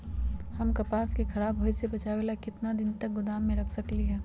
हम कपास के खराब होए से बचाबे ला कितना दिन तक गोदाम में रख सकली ह?